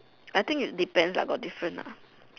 I think it depends lah got different lah